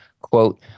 quote